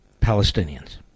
Palestinians